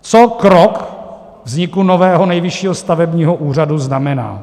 Co krok vzniku nového Nejvyššího stavebního úřadu znamená?